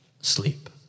sleep